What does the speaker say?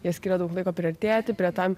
jie skiria daug laiko priartėti prie tam